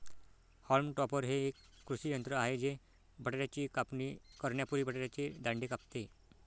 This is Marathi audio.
हॉल्म टॉपर हे एक कृषी यंत्र आहे जे बटाट्याची कापणी करण्यापूर्वी बटाट्याचे दांडे कापते